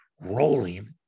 rolling